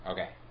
Okay